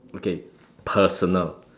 okay personal